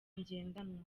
ngendanwa